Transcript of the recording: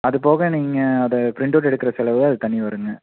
அது போக நீங்கள் அதை ப்ரிண்ட் அவுட் எடுக்கிற செலவும் தனி வருங்க